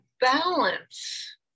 balance